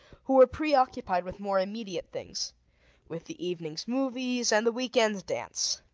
who were preoccupied with more immediate things with the evening's movies and the week-end's dance.